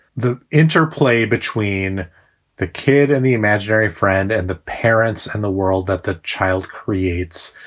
the interplay between the kid and the imaginary friend and the parents and the world that the child creates,